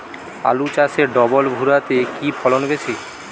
আলু চাষে ডবল ভুরা তে কি ফলন বেশি?